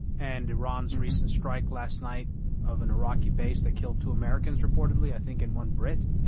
and iran's recent strike last night of an iraqi base that killed two americans reportedly, i think and one brit?